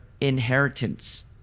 inheritance